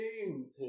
game